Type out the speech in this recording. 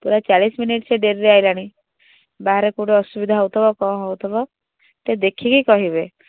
ପୁରା ଚାଳିଶ ମିନିଟ୍ ସେ ଡେରିରେ ଆସିଲାଣି ବାହାରେ କେଉଁଠି ଅସୁବିଧା ହେଉଥିବ କ'ଣ ହେଉଥିବ ଟିକେ ଦେଖିକି କହିବେ